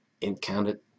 encountered